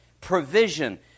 provision